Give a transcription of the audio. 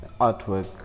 Artwork